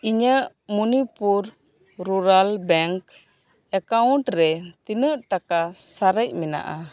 ᱤᱧᱟᱹᱜ Manipur rural bank account ᱨᱮ ᱛᱤᱱᱟᱹᱜ ᱴᱟᱠᱟ ᱥᱟᱨᱮᱡ ᱢᱮᱱᱟᱜ ᱟ